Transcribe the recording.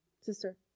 Sister